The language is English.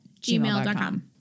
gmail.com